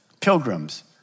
pilgrims